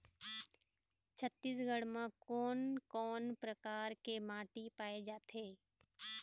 छत्तीसगढ़ म कोन कौन प्रकार के माटी पाए जाथे?